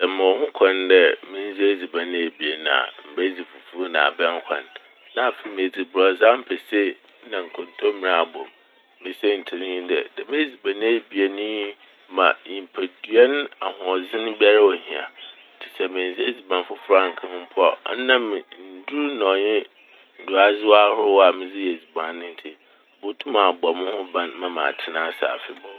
Sɛ mowɔ ho kwan dɛ mendzi edziban ebien a mebedzi fufu na abɛnkwan na afei medzi ampesi na nkontomire abom. Me saintsir nye dɛ dɛm edziban ebien yi ma nyimpadua n' ahoɔdzen biara a ohia. Ntsi sɛ menndzi edziban fofor annka ho mpo a ɔnam ndur na ɔnye nduadzewa ahorow a medze yɛ edziban n' no ntsi mobotum abɔ mo ho ban ma matsena ase afebɔɔ.